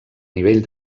nivell